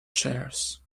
chairs